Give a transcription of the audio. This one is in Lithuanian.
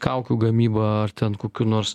kaukių gamybą ar ten kokių nors